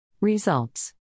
Results